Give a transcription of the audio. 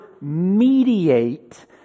mediate